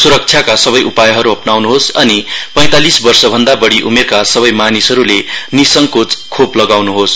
सुरक्षाका सबै उपायहरू अपनाउनुहोस् अनि पैंतालीस वर्षभन्दा बढ़ी उमेरका सबै मानिसहरूले निसन्देह खोप लगाउनुहोस्